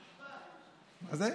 קצר,